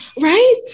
Right